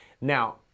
now